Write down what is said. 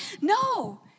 No